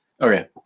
Okay